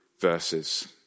verses